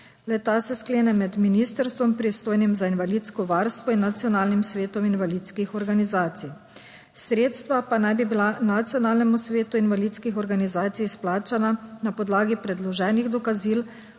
Le-ta se sklene med ministrstvom, pristojnim za invalidsko varstvo, in Nacionalnim svetom invalidskih organizacij, sredstva pa naj bi bila Nacionalnemu svetu invalidskih organizacij izplačana na podlagi predloženih dokazil